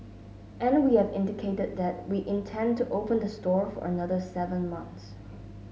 and we have indicated that we intend to open the store for another seven months